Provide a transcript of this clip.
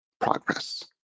progress